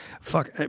fuck